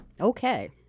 Okay